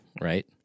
right